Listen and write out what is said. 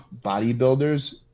bodybuilders